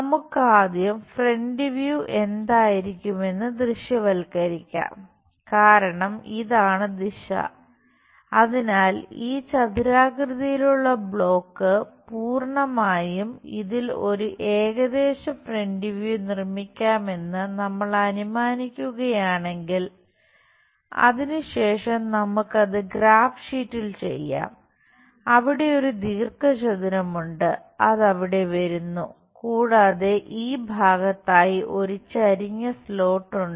നമുക്ക് ആദ്യം front view ഉണ്ട്